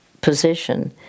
position